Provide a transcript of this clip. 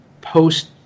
post